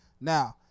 Now